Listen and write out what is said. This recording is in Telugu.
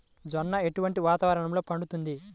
జొన్న ఎటువంటి వాతావరణంలో పండుతుంది?